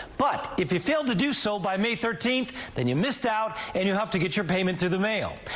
but if you fail to do so by may thirteenth then you missed out and you have to get your payment through the mail.